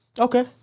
Okay